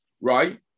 right